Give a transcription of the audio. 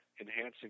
enhancing